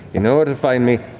you know where to find me.